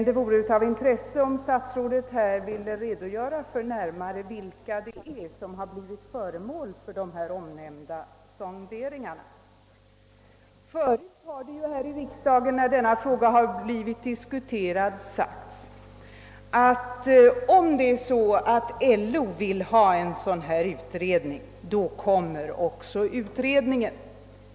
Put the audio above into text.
Det vore därför av intresse om statsrådet här ville redogöra för litet närmare vilka organisationer som varit med vid de nämnda sonderingarna. Tidigare har det ju här i riksdagen, när denna fråga diskuterats, sagts att om LO vill ha en sådan här utredning, så kommer den också att tillsättas.